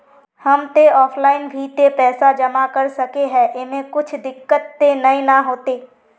हम ते ऑफलाइन भी ते पैसा जमा कर सके है ऐमे कुछ दिक्कत ते नय न होते?